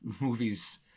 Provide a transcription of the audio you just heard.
movies